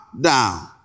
down